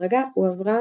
בהדרגה הועברה